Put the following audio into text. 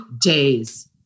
days